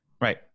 Right